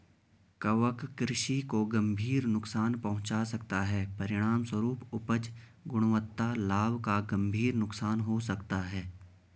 कवक कृषि को गंभीर नुकसान पहुंचा सकता है, परिणामस्वरूप उपज, गुणवत्ता, लाभ का गंभीर नुकसान हो सकता है